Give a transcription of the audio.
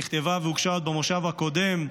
נכתבה והוגשה עוד במושב הקודם,